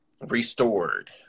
restored